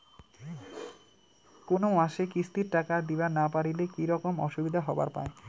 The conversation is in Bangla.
কোনো মাসে কিস্তির টাকা দিবার না পারিলে কি রকম অসুবিধা হবার পায়?